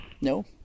No